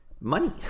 money